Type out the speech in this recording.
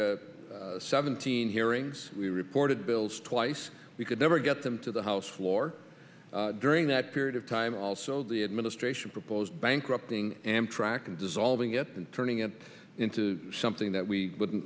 had seventeen hearings we reported bills twice we could never get them to the house floor during that period of time also the administration proposed bankrupting amtrak and dissolving it turning it into something that we wouldn't